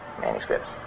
manuscripts